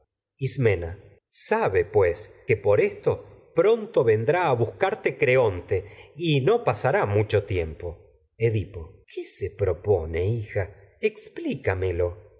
ismena sabe y pues no que por esto pronto vendrá a buscarte edipo creonte pasará mucho tiempo qué se propone hija explícamelo